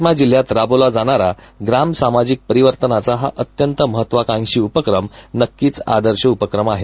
यवतमाळ जिल्ह्यात राबवला जाणारा ग्राम सामाजिक परिवर्तनाचा हा अत्यंत महत्त्वाकांक्षी उपक्रम नक्कीच आदर्श उपक्रम आहे